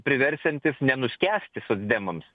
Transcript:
priversiantis nenuskęsti socdemams